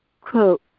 quote